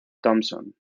thompson